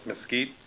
mesquite